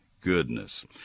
goodness